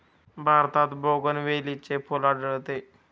भारतात बोगनवेलीचे फूल आढळते